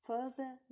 Further